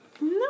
No